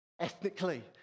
ethnically